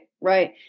Right